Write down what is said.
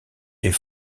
est